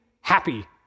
happy